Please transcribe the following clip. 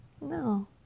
No